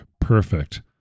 Perfect